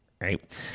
right